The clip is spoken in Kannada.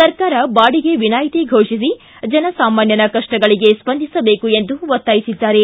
ಸರಕಾರ ಬಾಡಿಗೆ ವಿನಾಯಿತಿ ಘೋಷಿಸಿ ಜನಸಾಮಾನ್ಯನ ಕಷ್ಷಗಳಿಗೆ ಸ್ವಂದಿಸಬೇಕು ಎಂದು ಒತ್ತಾಯಿಸಿದ್ದಾರೆ